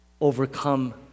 overcome